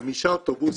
חמישה אוטובוסים,